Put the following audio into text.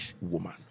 woman